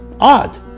odd